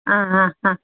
അ അ ആ